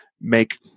make